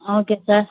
okay sir